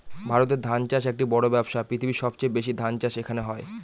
ভারতে ধান চাষ একটি বড়ো ব্যবসা, পৃথিবীর সবচেয়ে বেশি ধান চাষ এখানে হয়